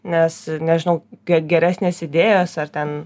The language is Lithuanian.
nes nežinau kiek geresnės idėjos ar ten